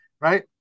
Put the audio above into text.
Right